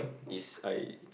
is I